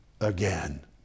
again